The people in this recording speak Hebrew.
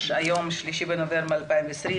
היום ה-3 לנובמבר 2020,